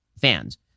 fans